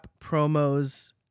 promos